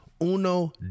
Uno